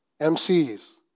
MCs